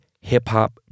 hip-hop